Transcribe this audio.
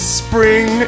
spring